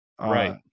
right